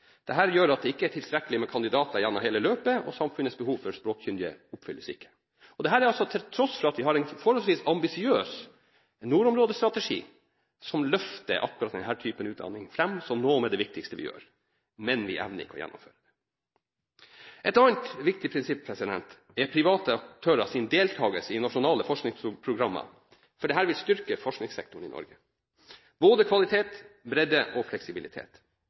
eksempler. Her mangler samsvar mellom ambisjonene til grunnskole, videregående skole og høyskolenivå. Dette gjør at det ikke er tilstrekkelig med kandidater gjennom hele løpet, og samfunnets behov for språkkyndige oppfylles ikke – dette til tross for at vi har en forholdsvis ambisiøs nordområdestrategi, som løfter akkurat denne typen utdanning frem som noe av det viktigste vi gjør, men vi evner ikke å gjennomføre. Et annet viktig prinsipp er private aktørers deltakelse i nasjonale forskningsprogrammer. Det vil styrke forskningssektoren i Norge – både kvalitet, bredde og fleksibilitet.